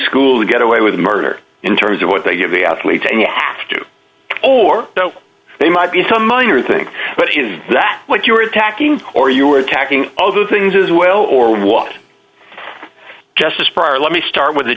school get away with murder in terms of what they give the athletes and you have to do or they might be some minor thing but is that what you are attacking or you are attacking other things as well or was it just this prior let me start with